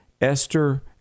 Esther